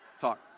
Talk